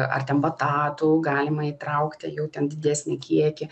ar ten batatų galima įtraukti jau ten didesnį kiekį